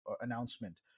announcement